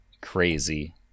crazy